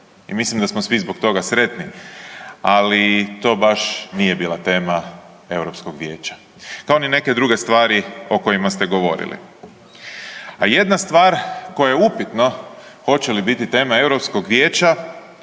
i mislim da smo svi zbog toga sretni, ali to baš nije bila tema Europskog vijeća, kao ni neke druge stvari o kojima ste govorili. A jedna stvar koja je upitno hoće li biti tema Europskog vijeća,